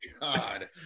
God